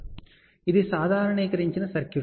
కాబట్టి ఇది సాధారణీకరించిన సర్క్యూట్